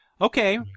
Okay